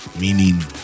Meaning